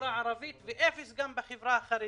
בחברה הערבית, ואפס בחברה החרדית.